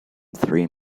three